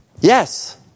Yes